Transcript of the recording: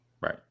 Right